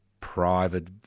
private